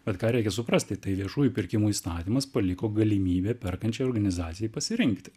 vat ką reikia suprasti tai viešųjų pirkimų įstatymas paliko galimybę perkančiai organizacijai pasirinkti